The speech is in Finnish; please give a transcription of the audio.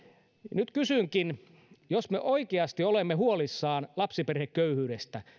nyt kysynkin että jos me oikeasti olemme huolissamme lapsiperheköyhyydestä